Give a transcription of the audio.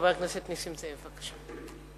חבר הכנסת נסים זאב, בבקשה.